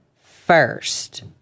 first